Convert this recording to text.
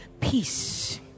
Peace